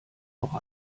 auch